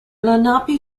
lenape